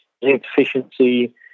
deficiency